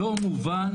לא ברור ולא מובן